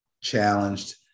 challenged